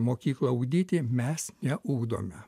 mokykla ugdyti mes neugdome